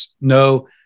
no –